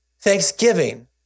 thanksgiving